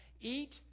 Eat